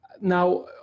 Now